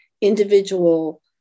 individual